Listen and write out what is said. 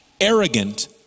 arrogant